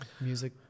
music